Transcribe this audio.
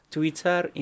Twitter